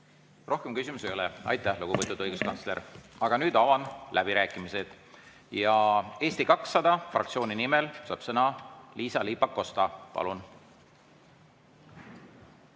Rohkem küsimusi ei ole. Aitäh, lugupeetud õiguskantsler! Aga nüüd avan läbirääkimised. Eesti 200 fraktsiooni nimel saab sõna Liisa-Ly Pakosta.